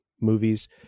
movies